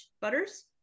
Butters